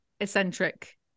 eccentric